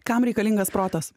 kam reikalingas protas